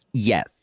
Yes